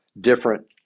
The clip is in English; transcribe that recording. different